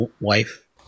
wife